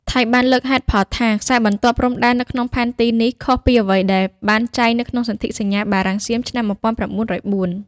ថៃបានលើកហេតុផលថា ខ្សែបន្ទាត់ព្រំដែន នៅក្នុងផែនទីនេះ ខុសពីអ្វីដែលបានចែងនៅក្នុងសន្ធិសញ្ញាបារាំង-សៀម ឆ្នាំ១៩០៤។